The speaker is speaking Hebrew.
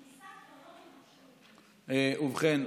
ובכן,